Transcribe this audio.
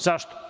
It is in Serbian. Zašto?